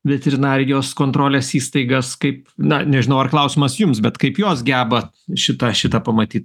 veterinarijos kontrolės įstaigas kaip na nežinau ar klausimas jums bet kaip jos geba šitą šitą pamatyt